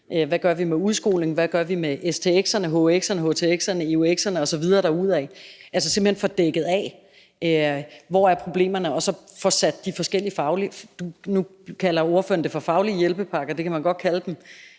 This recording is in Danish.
hvad gør vi med stx'erne, hhx'erne, htx'erne, eux'erne osv. derudad, altså simpelt hen får afdækket, hvor problemerne er, og så får sat gang i de forskellige, nu kalder ordføreren det for faglige hjælpepakker, og det kan man godt kalde dem.